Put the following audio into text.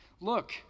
Look